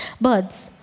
birds